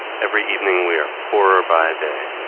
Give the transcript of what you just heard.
every evening we are poorer by a day.